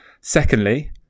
Secondly